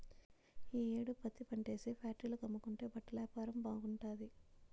ఈ యేడు పత్తిపంటేసి ఫేట్రీల కమ్ముకుంటే బట్టలేపారం బాగుంటాది